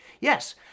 Yes